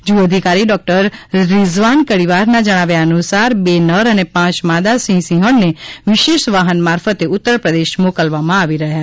ઝુ અધિકારી ડોક્ટર રિઝવાન કડીવારના જણાવ્યા અનુસાર બે નર અને પાંચ માદા સિંહ સિંહજ઼ને વિશેષ વાહન મારફત ઉત્તરપ્રદેશ મોકલવામાં આવી રહ્યા છે